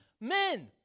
men